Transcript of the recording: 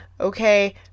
okay